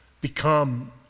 become